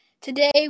Today